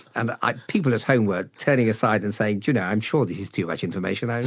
and ah people at home were turning aside and saying, do you know, i'm sure this is too much information. and